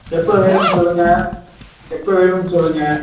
எப்போ வேணும்னு சொல்லுங்கள் எப்போ வேணும்னு சொல்லுங்கள்